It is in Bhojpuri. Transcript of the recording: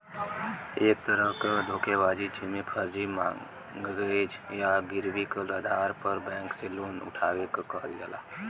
एक तरह क धोखेबाजी जेमे फर्जी मॉर्गेज या गिरवी क आधार पर बैंक से लोन उठावे क कहल जाला